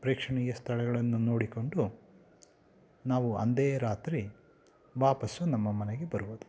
ಪ್ರೇಕ್ಷಣೀಯ ಸ್ಥಳಗಳನ್ನು ನೋಡಿಕೊಂಡು ನಾವು ಅಂದೇ ರಾತ್ರಿ ವಾಪಸ್ಸು ನಮ್ಮ ಮನೆಗೆ ಬರುವುದು